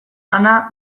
ana